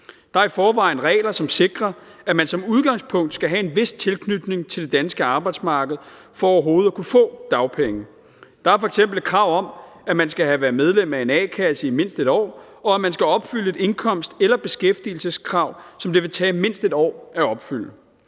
Der er i forvejen regler, som sikrer, at man som udgangspunkt skal have en vis tilknytning til det danske arbejdsmarked for overhovedet at kunne få dagpenge. Der er f.eks. et krav om, at man skal have været medlem af en a-kasse i mindst 1 år, og at man skal opfylde et indkomst- eller beskæftigelseskrav, som det vil tage mindst 1 år at opfylde.